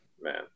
man